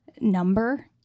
number